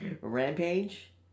Rampage